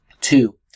two